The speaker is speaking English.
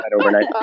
overnight